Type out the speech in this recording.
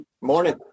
Morning